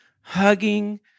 hugging